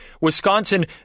Wisconsin